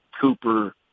cooper